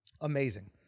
amazing